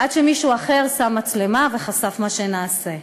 עד שמישהו אחר שם מצלמה וחשף מה שנעשה.